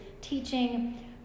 teaching